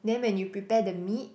then when you prepare the meat